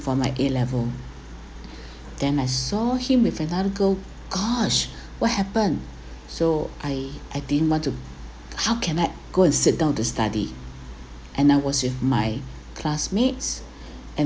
for my A level then I saw him with another girl gosh what happened so I I didn't want to how can I go and sit down to study and I was with my classmates and